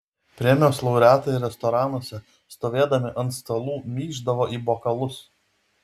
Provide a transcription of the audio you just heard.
premijos laureatai restoranuose stovėdami ant stalų myždavo į bokalus